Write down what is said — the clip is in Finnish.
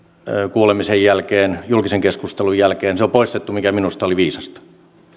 kuulemisen jälkeen julkisen keskustelun jälkeen se on poistettu mikä minusta oli viisasta